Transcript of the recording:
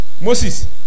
Moses